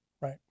Right